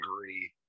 agree